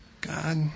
God